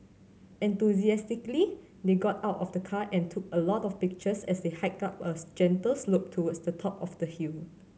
enthusiastically they got out of the car and took a lot of pictures as they hiked up a gentle slope towards the top of the hill